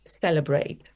celebrate